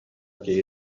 киһи